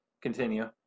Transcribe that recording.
continue